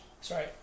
Sorry